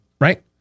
right